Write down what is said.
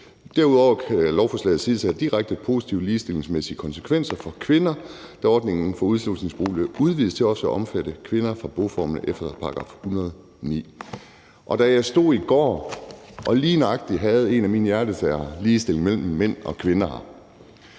»Derudover kan lovforslaget siges at have direkte positive ligestillingsmæssige konsekvenser for kvinder, da ordningen for udslusningsboliger udvides til også at omfatte kvinder fra boformer efter § 109 ...«. Jeg stod i går og havde lige nøjagtig en af mine hjertesager, ligestilling mellem mænd og kvinder, her